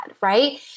right